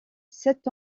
sept